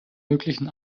möglichen